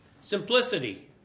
Simplicity